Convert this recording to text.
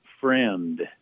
Friend